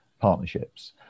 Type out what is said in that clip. partnerships